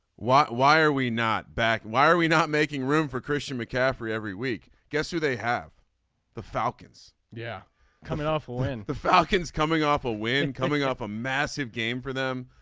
why why are we not back. why are we not making room for christian mccaffrey every week. guess who they have the falcons. yeah coming off win the falcons coming off a win. and coming off a massive game for them